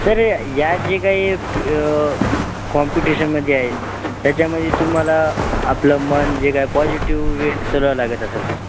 sir या जे काही फ कॉम्पिटिशनमध्ये आहे त्याच्यामध्ये तुम्हाला आपलं मन जे काय पॉजिटिव वेने चालावं लागत असेल सर